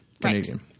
Canadian